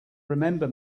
remember